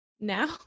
now